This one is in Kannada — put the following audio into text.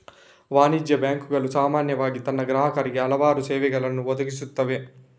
ವಾಣಿಜ್ಯ ಬ್ಯಾಂಕುಗಳು ಸಾಮಾನ್ಯವಾಗಿ ತನ್ನ ಗ್ರಾಹಕರಿಗೆ ಹಲವಾರು ಸೇವೆಗಳನ್ನು ಒದಗಿಸುತ್ತವೆ